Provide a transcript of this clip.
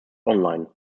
online